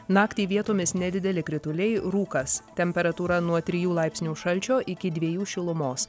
naktį vietomis nedideli krituliai rūkas temperatūra nuo trijų laipsnių šalčio iki dviejų šilumos